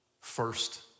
First